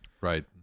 Right